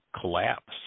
collapse